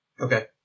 Okay